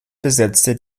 besetzte